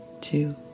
two